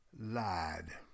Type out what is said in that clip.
lied